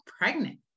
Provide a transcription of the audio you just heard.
pregnant